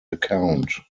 account